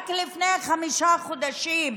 רק לפני חמישה חודשים.